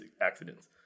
accidents